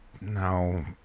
No